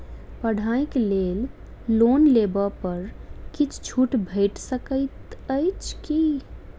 पढ़ाई केँ लेल लोन लेबऽ पर किछ छुट भैट सकैत अछि की?